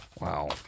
Wow